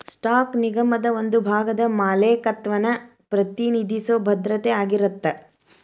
stock ನಿಗಮದ ಒಂದ ಭಾಗದ ಮಾಲೇಕತ್ವನ ಪ್ರತಿನಿಧಿಸೊ ಭದ್ರತೆ ಆಗಿರತ್ತ